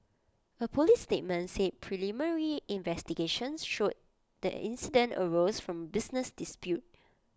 A Police statement said preliminary investigations showed that incident arose from A business dispute